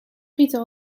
frieten